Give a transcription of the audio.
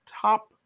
top